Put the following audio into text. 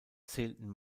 zählten